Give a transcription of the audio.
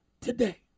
today